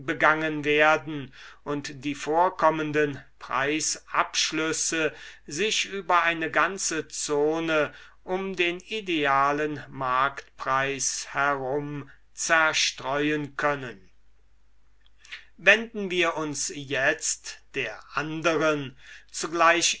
begangen werden und die vorkommenden preisabschlüsse sich über eine ganze zone um den idealen marktpreis herum zerstreuen können wenden wir uns jetzt der anderen zugleich